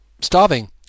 Starving